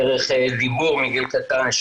דרך דיבור מגיל קטן,